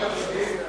מסכים.